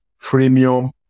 premium